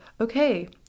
okay